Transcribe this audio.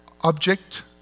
object